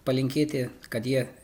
palinkėti kad jie